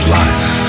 life